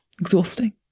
exhausting